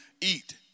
eat